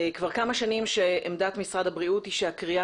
כבר כמה שנים שעמדת משרד הבריאות היא שהכרייה